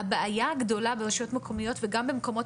הבעיה הגדולה ברשויות מקומיות וגם במקומות